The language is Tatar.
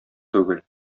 түгел